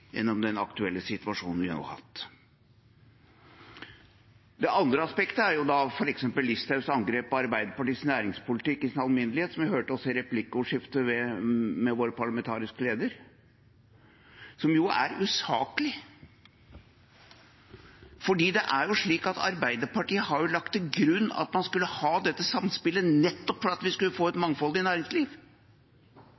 gjennom den aktuelle situasjonen vi nå har hatt. Det andre aspektet er f.eks. Listhaugs angrep på Arbeiderpartiets næringspolitikk i sin alminnelighet, som vi også hørte i replikkordskiftet med vår parlamentariske leder, som er usaklig. For Arbeiderpartiet har lagt til grunn at man skulle ha dette samspillet, nettopp fordi vi skulle få et